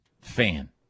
fan